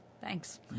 Thanks